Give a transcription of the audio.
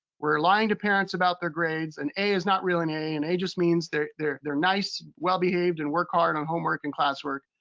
we're lying to parents about their grades. an a is not really an a. an a just means they're they're nice, well-behaved and work hard on homework and classwork.